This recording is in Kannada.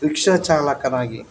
ರಿಕ್ಷಾ ಚಾಲಕನಾಗಿ